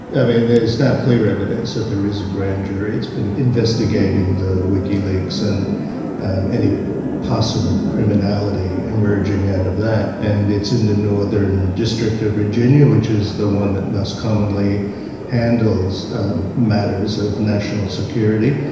i mean, there's now clear evidence that there is a grand jury, it's been investigating the wikileaks and any possible criminality emerging out and of that, and it's in the northern district of virginia, which is the one that most commonly handles matters of national security,